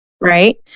right